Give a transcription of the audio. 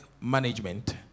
management